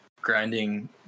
grinding